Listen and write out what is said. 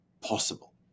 possible